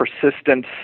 persistence